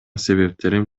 себептерин